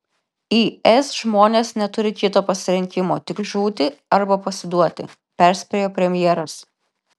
is žmonės neturi kito pasirinkimo tik žūti arba pasiduoti perspėjo premjeras